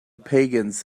pagans